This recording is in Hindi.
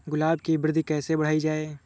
गुलाब की वृद्धि कैसे बढ़ाई जाए?